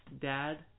dad